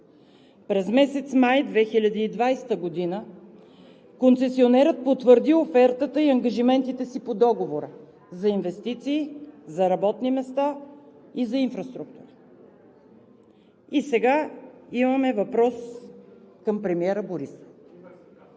През месец май 2020 г. концесионерът потвърди офертата и ангажиментите си по договора за инвестиции, за работни места и за инфраструктура. И сега имаме въпрос към премиера Борисов